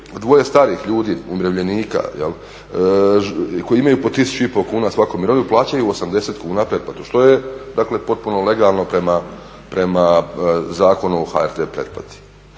dvoje starih ljudi, umirovljenika jel', koji imaju po 1500 kuna svatko mirovinu plaćaju 80 kuna pretplatu, što je dakle potpuno legalno prema Zakonu o HRT pretplati.